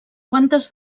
quantes